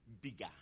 bigger